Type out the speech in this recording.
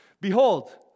Behold